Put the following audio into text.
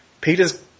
Peter's